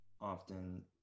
often